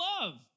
love